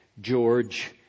George